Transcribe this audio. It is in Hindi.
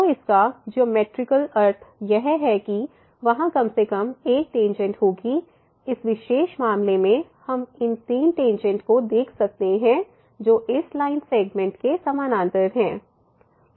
तो इसका ज्योमैट्रिकल अर्थ यह है कि वहाँ कम से कम एक टेंजेंट होगी इस विशेष मामले में हम इन तीन टेंजेंट को देख सकते हैं जो इस लाइन सेगमेंट के समानांतर हैं